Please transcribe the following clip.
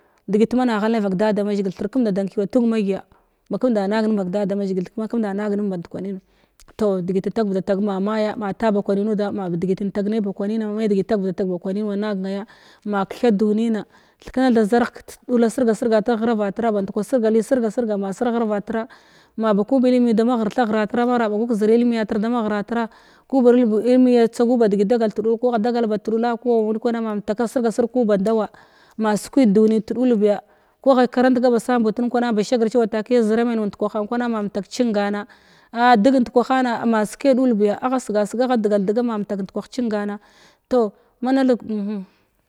Degət mana da ghalgnay vak dadamazəgla thir kumdadan ka yuwatigug magya ba kumlda nagnay vak dadamazəgla ma kumda nagnay bandkwanən tow dəgət da tagvanatag ma maya ma taba kwanən nudama dəgət inlag nay ba kwanənna də tag vanatag may kwanəy nag nəya ma ktha dumina thrnknana tha zarth ka dula sirga-sirga tir ka ghravatir ba ndukwa sirga-lay sirga-sirga ma sira ghravativra may kwan balimi dama ghirthatir ghratr mara ɓagu ka zəra ilmniya tin dama ghratir kuba nəlbag dəgət dagal tadul kva baha dagal bat dull ku awnən kwana ma mtaka sirga-sirga ku ba ndawa ma zukwəy duni ta ɗulbiya ku agha karantga ba sinboard nən kwana ma ba sagir chay wa takwa zəra mən ba zəra mən kwanna ma umtak chinganna a dəg nda kwahana ma zəkay dul biya agha sigasig agha dəgal dəg ma nda kwah chingan tow ma nalnəg umhən.